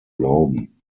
glauben